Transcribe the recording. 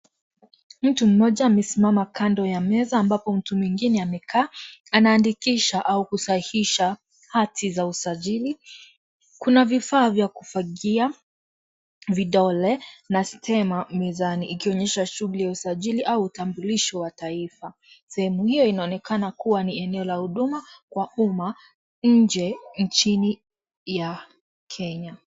Mtu mmoja amesimama kando ya meza ambapo mtu mwingine amekaa. Anaandikisha au kusahihisha hati za usajili. Kuna vifaa vya kufagia vidole, na stema mezani ikionyesha shughuli ya usajili au utambulisho wa taifa. Sehemu hiyo inaonekana kuwa ni eneo la huduma kwa umma nje nchini ya Kenya.